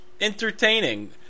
entertaining